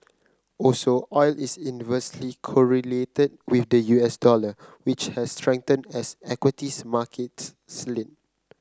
also oil is inversely correlated with the U S dollar which has strengthened as equities markets slid